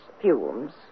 fumes